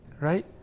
right